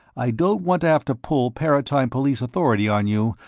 i don't want to have to pull paratime police authority on you,